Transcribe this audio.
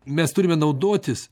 mes turime naudotis